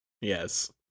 Yes